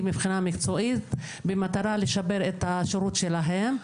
מבחינה מקצועית במטרה לשפר את השירות שלהם,